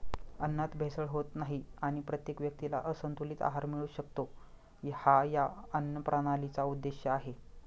अन्नात भेसळ होत नाही आणि प्रत्येक व्यक्तीला संतुलित आहार मिळू शकतो, हा या अन्नप्रणालीचा उद्देश आहे